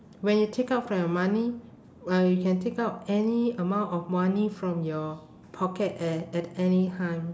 when you take out from your money well you can take out any amount of money from your pocket at at any time